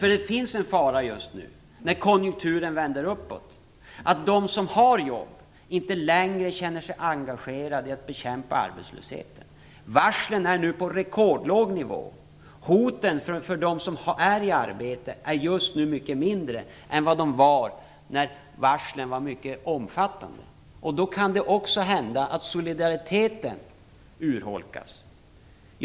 Faran finns nämligen just nu när konjunkturen vänder uppåt att de som har jobb inte längre känner sig engagerade i att bekämpa arbetslösheten. Varslen är nu på rekordlåg nivå, och hoten för dem som är i arbete är just nu mycket mindre än vad de var när varslen var mycket omfattande. Därför kan det också hända att solidariteten urholkas.